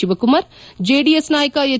Shivakumar JDS ನಾಯಕ H